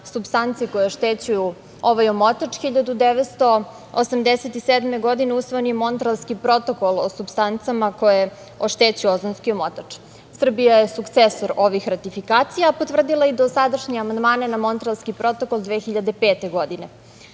koje oštećuju ovaj omotač 1987. godine, usvojen je Montrealski protokol o supstancama koje oštećuje ozonski omotač. Srbija je sukcesor ovih ratifikacija, potvrdila i dosadašnje amandmane na Montrealski protokol 2005. godine.